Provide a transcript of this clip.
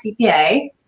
CPA